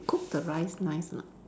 cook the rice nice or not